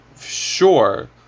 sure